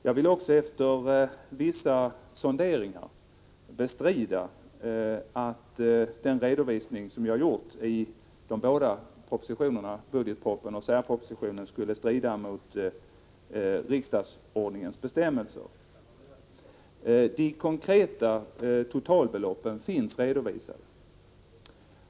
Jag vill också efter vissa sonderingar bestrida att den redovisning som vi har gjort i de båda propositionerna, budgetpropositionen och särpropositionen, skulle strida mot riksdagsordningens bestämmelser. De konkreta totalbeloppen finns redovisade.